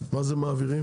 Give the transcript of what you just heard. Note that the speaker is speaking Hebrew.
מה זה מעבירים?